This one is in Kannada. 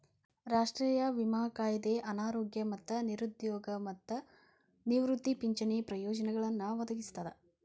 ರಾಷ್ಟ್ರೇಯ ವಿಮಾ ಕಾಯ್ದೆ ಅನಾರೋಗ್ಯ ನಿರುದ್ಯೋಗ ಮತ್ತ ನಿವೃತ್ತಿ ಪಿಂಚಣಿ ಪ್ರಯೋಜನಗಳನ್ನ ಒದಗಿಸ್ತದ